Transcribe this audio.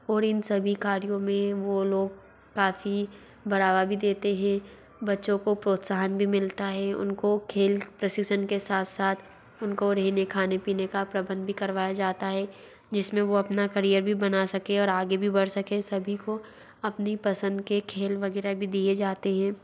और इन सभी कार्यों मे वो लोग काफ़ी बढ़ावा भी देते हैं बच्चों को प्रोत्साहन भी मिलता है उनको खेल प्रशिक्षण के साथ साथ उनको रहने खाने पीने का प्रबंध भी करवाया जाता है जिसमें वो अपना करियर भी बना सकें और आगे भी बढ़ सकें सभी को अपनी पसंद के खेल वगैरह भी दिए जाते है